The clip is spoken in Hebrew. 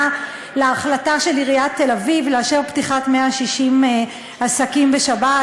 כלפי ההחלטה של עיריית תל-אביב לאשר פתיחת 160 עסקים בשבת,